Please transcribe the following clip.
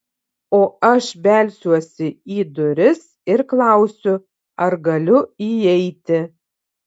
o aš belsiuosi į duris ir klausiu ar galiu įeiti